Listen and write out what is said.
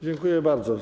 Dziękuję bardzo.